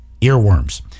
Earworms